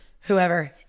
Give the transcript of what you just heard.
whoever